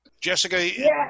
Jessica